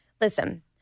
listen